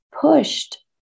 pushed